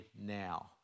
now